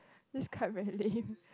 this card cery lame